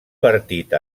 partit